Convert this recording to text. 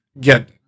get